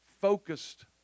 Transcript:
focused